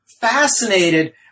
fascinated